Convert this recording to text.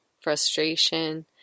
frustration